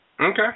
Okay